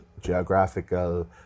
geographical